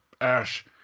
ash